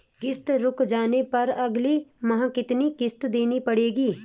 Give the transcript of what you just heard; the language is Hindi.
किश्त रुक जाने पर अगले माह कितनी किश्त देनी पड़ेगी?